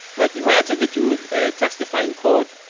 like, imagine that you would testify in court,